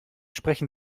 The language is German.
sprechen